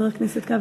חבר הכנסת כבל.